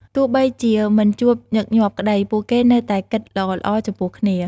ទោះបីជាមិនជួបញឹកញាប់ក្ដី ពួកគេនៅតែគិតល្អៗចំពោះគ្នា។